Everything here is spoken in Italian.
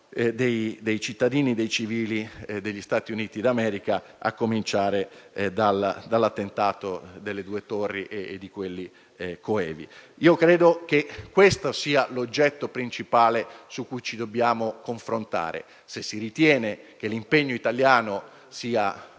dei cittadini e dei civili degli Stati Uniti d'America, a cominciare dall'attentato alle Torri Gemelle e da quelli coevi. Credo che questo sia l'oggetto principale su cui ci dobbiamo confrontare: se si ritiene che l'impegno italiano sia